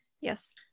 yes